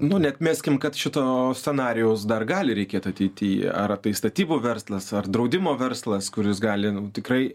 nu neatmeskim kad šito scenarijaus dar gali reikėt ateity ar tai statybų verslas ar draudimo verslas kuris gali tikrai